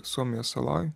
suomijos saloj